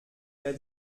der